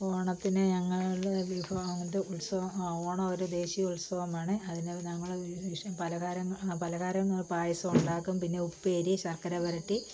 ഓണത്തിന് ഞങ്ങൾ വിഭവം അത് ഉത്സവം ഓണം ഒരു ദേശീയ ഉത്സവമാണ് അതിന് ഞങ്ങൾ അതിനു പലഹാരം പലഹാരം പായസം ഉണ്ടാക്കും പിന്നെ ഉപ്പേരി ശർക്കര വരട്ടി